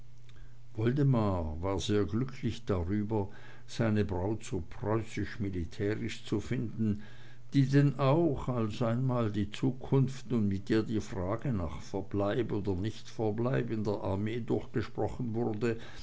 woldemar war sehr glücklich darüber seine braut so preußisch militärisch zu finden die denn auch als einmal die zukunft und mit ihr die frage nach verbleib oder nichtverbleib in der armee durchgesprochen wurde